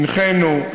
הנחינו,